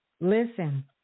Listen